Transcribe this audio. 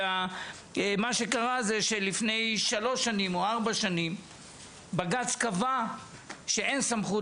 ומה שקרה זה שלפני שלוש או ארבע שנים בג"צ קבע שאין סמכות